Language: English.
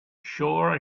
sure